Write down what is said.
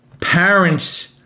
Parents